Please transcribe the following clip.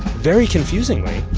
very confusingly,